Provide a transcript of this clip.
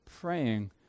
praying